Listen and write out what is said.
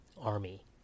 army